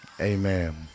Amen